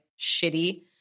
shitty